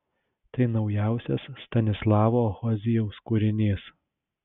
tai naujausias stanislavo hozijaus kūrinys